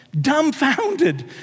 dumbfounded